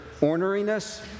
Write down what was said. orneriness